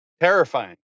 terrifying